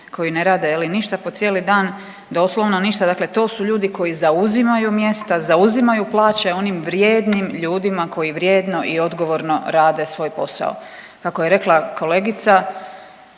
koji ne rade je li ništa po cijeli dan, doslovno ništa, dakle to su ljudi koji zauzimaju mjesta, zauzimaju plaće onim vrijednim ljudima koji vrijedno i odgovorno rade svoj posao. Kako je rekla kolegica,